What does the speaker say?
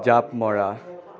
জাঁপ মৰা